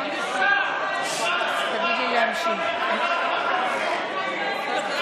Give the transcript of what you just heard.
שיש משפט של פילוסוף צרפתי